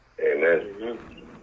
amen